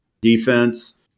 defense